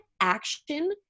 action